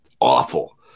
awful